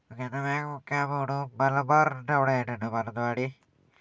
okay എന്നാൽ വേഗം cab വിടൂ മലബാറിൻ്റെ അവിടെ ഞാനുണ്ട് മാനന്തവാടി